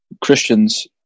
Christians